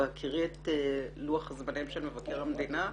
בהכירי את לוח הזמנים של מבקר המדינה,